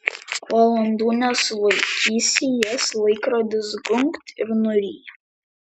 valandų nesulaikysi jas laikrodis gunkt ir nuryja